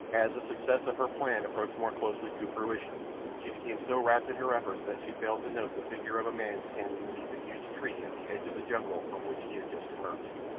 as the success of her plan approached more closely to fruition she became so wrapped in her efforts that she failed to note the figure of a man standing beneath a huge tree at the edge of the jungle from which he had just emerged.